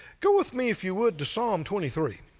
go with me if you would to psalm twenty-three,